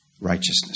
righteousness